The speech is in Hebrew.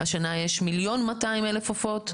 השנה יש 1,200,000 עופות.